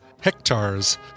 hectares